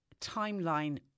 timeline